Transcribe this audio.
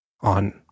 on